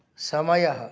समयः